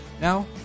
Now